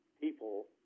people